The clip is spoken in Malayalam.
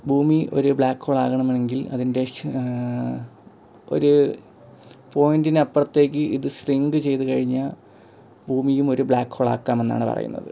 ഭൂമി ഒരു ബ്ലാക് ഹോൾ ആകണമെങ്കിൽ അതിൻ്റെ ഷ് ഒരു പോയൻറ്റിനപ്പുറത്തേക്ക് ഇത് ഷ്രിങ്ക് ചെയ്ത് കഴിഞ്ഞാൽ ഭൂമിയും ഒരു ബ്ലാക്ക് ഹോളാക്കാമെന്നാണ് പറയുന്നത്